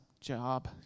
Job